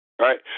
Right